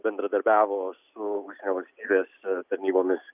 bendradarbiavo su valstybės tarnybomis